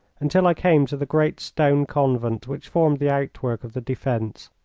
until i came to the great stone convent which formed the outwork of the defence.